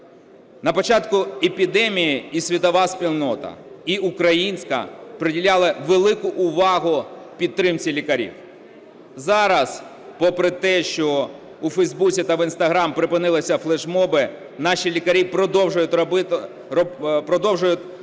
На початку епідемії і світова спільнота, і українська приділяли велику увагу підтримці лікарів. Зараз, попри те, що у Facebook та в Instagram припинилися флешмоби, наші лікарі продовжують роботу